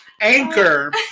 Anchor